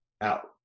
out